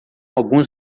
alguns